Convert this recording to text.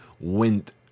went